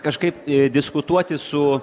kažkaip diskutuoti su